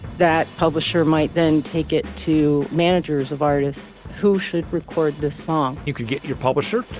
that publisher might then take it to managers of artists who should record the song. you could get your publisher.